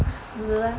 死